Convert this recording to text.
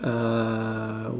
uh